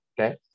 okay